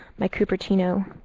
my cupertino,